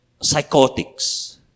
psychotics